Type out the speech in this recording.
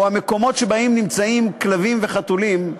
או המקומות שבהם נמצאים כלבים וחתולים,